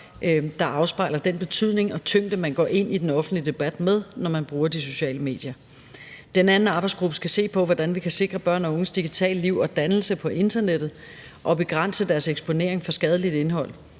der afspejler den betydning og tyngde, man går ind i den offentlige debat med, når man bruger de sociale medier. Den anden arbejdsgruppe skal se på, hvordan vi kan sikre børn og unges digitale liv og dannelse på internettet og begrænse deres eksponering for skadeligt indhold.